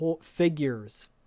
figures